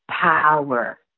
Power